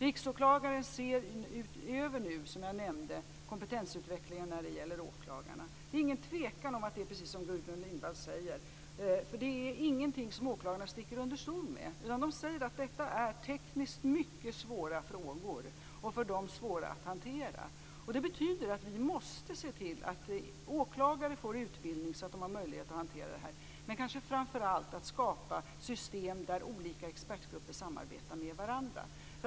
Riksåklagaren ser över kompetensutvecklingen när det gäller åklagare, som jag nämnde. Det råder ingen tvekan om att det är precis som Gudrun Lindvall säger. Det är ingenting som åklagarna sticker under stol med. De säger att detta är tekniskt mycket svåra frågor som är svåra för dem att hantera. Det betyder att vi måste se till att åklagare får utbildning så att de har möjlighet att hantera detta. Men framför allt måste vi skapa system där olika expertgrupper samarbetar med varandra.